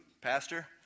pastor